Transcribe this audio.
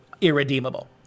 irredeemable